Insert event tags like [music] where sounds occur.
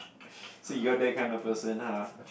[breath] so you're that kind of person ah